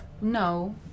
No